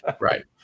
Right